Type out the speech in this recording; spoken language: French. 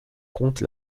compte